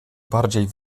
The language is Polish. bardziej